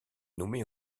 nommée